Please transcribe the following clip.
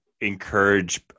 encourage